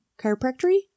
chiropractory